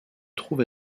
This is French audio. trouve